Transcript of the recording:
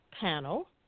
panel